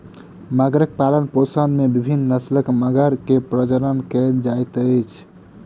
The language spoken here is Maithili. मगरक पालनपोषण में विभिन्न नस्लक मगर के प्रजनन कयल जाइत अछि